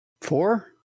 four